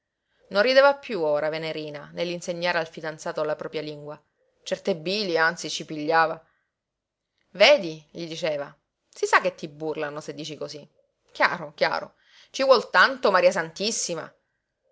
non rideva piú ora venerina nell'insegnare al fidanzato la propria lingua certe bili anzi ci pigliava vedi gli diceva si sa che ti burlano se dici cosí chiaro chiaro ci vuol tanto maria santissima